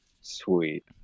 Sweet